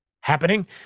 happening